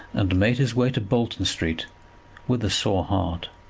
and made his way to bolton street with a sore heart.